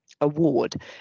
award